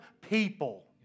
people